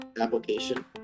application